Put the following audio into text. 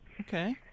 okay